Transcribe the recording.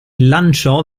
lanciò